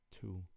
two